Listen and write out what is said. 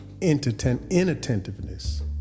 inattentiveness